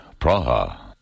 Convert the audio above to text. Praha